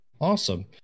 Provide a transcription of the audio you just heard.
Awesome